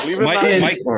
Mike